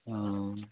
অঁ